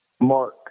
Mark